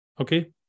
Okay